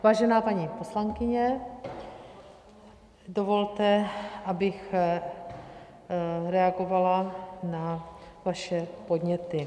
Vážená paní poslankyně, dovolte, abych reagovala na vaše podněty.